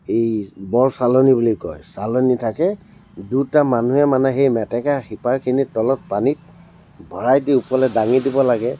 এই বৰ চালনি বুলি কয় চালনি থাকে দুটা মানুহে মানে সেই মেটেকা শিপাৰখিনিৰ তলত পানীত ভৰাই দি ওপৰলৈ দাঙি দিব লাগে